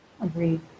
Agreed